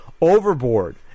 overboard